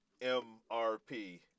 MRP